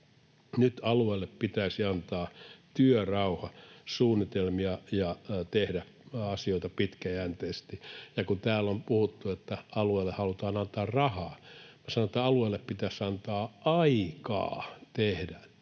Nyt alueille pitäisi antaa työrauha suunnitella ja tehdä asioita pitkäjänteisesti. Täällä on puhuttu, että alueille halutaan antaa rahaa, mutta minä sanon, että alueille pitäisi antaa nyt aikaa tehdä